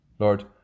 Lord